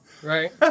Right